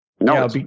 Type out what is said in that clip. No